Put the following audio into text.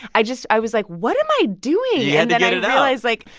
i just i was, like, what am i doing? yeah and then i'd realize, like,